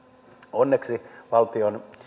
onneksi valtion